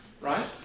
right